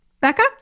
Becca